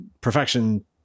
perfection